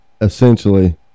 essentially